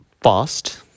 fast